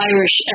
Irish